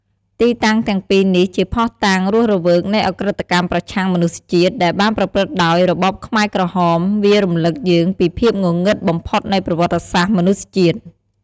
ទីតាំងទាំងពីរនេះជាភស្តុតាងរស់រវើកនៃឧក្រិដ្ឋកម្មប្រឆាំងមនុស្សជាតិ ដែលបានប្រព្រឹត្តដោយរបបខ្មែរក្រហម វារំលឹកយើងពីភាពងងឹតបំផុតនៃប្រវត្តិសាស្ត្រមនុស្សជាតិ។